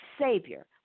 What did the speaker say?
savior